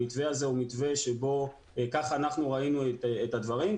המתווה הזה הוא מתווה שבו כך אנחנו ראינו את הדברים,